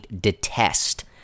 detest